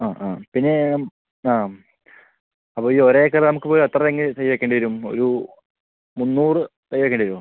ആ ആ പിന്നെ ആ അപ്പോൾ ഈ ഒരേക്കറ് നമുക്ക് ഇപ്പം എത്ര തെങ്ങ് തൈ വെക്കേണ്ടി വരും ഒരു മുന്നൂറ് തൈ വെക്കേണ്ടി വരുമോ